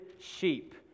sheep